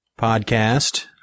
podcast